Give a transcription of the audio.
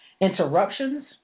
Interruptions